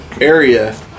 area